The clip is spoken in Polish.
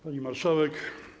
Pani Marszałek!